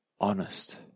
honest